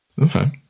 Okay